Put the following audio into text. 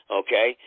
okay